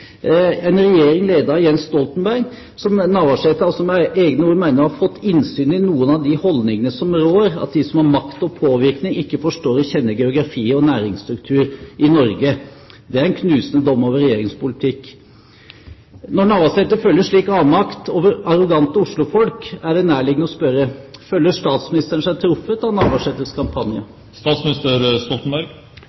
en regjering ledet av Jens Stoltenberg. Navarsete mener altså, med egne ord, å ha fått innsyn i noen av de holdningene som rår – at de som har makt og påvirkning, ikke forstår og kjenner geografi og næringsstruktur i Norge. Det er en knusende dom over Regjeringens politikk. Når Navarsete føler slik avmakt over arrogante Oslo-folk, er det nærliggende å spørre: Føler statsministeren seg truffet av Navarsetes kampanje?